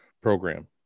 program